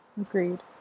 Agreed